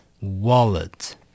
wallet